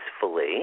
peacefully